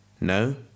No